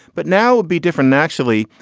but now would be different, actually.